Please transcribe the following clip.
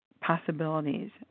possibilities